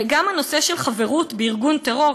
גם הנושא של חברות בארגון טרור,